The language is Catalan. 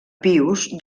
pius